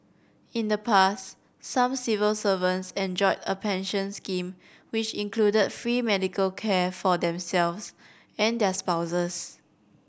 in the past some civil servants enjoyed a pension scheme which included free medical care for themselves and their spouses